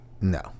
No